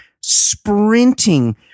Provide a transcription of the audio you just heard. sprinting